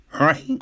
right